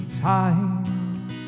time